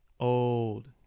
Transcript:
old